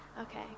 Okay